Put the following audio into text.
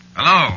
Hello